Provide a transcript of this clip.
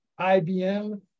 IBM